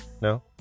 no